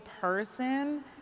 person